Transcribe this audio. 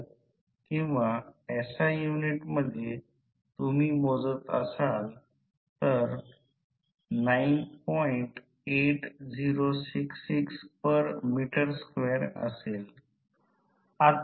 म्हणून कारण उच्च व्होल्टेज प्रयोगशाळेत उपलब्ध नसू शकतो म्हणूनच आम्ही ओपन सर्किट करतो ज्याला कमी व्होल्टेज बाजू म्हणतात